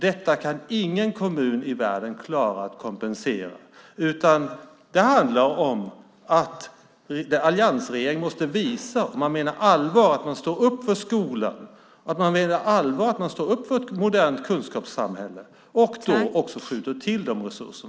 Detta kan ingen kommun i världen klara att kompensera, utan det handlar om att alliansregeringen måste visa att man menar allvar med att man står upp för skolan och att man menar allvar med att man står upp för ett modernt kunskapssamhälle och då också skjuter till dessa resurser.